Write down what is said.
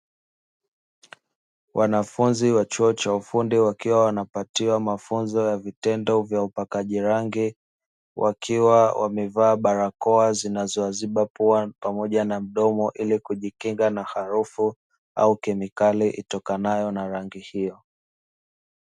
Wanafunzi wa chuo cha ufundi wakiwa wanapatiwa mafunzo ya vitendo vya upakaji wa rangi wakiwa wamevaa barakoa zinazowaziba pua pamoja na mdomo ili kujikinga na harufu au kemikali itokanayo na rangi hiyo.